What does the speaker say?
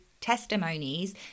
testimonies